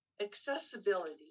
Accessibility